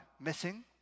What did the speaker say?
missing